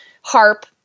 HARP